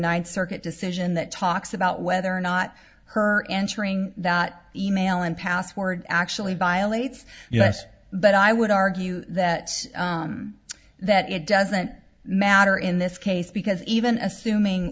ninth circuit decision that talks about whether or not her answering that email and password actually violates us but i would argue that that it doesn't matter in this case because even assuming